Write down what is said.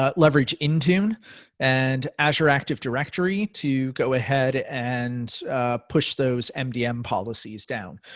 ah leverage intune and azure active directory to go ahead and push those mdm policies down.